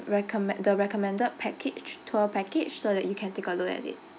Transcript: recomme~ the recommended package tour package so that you can take a look at it